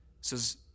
says